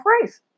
race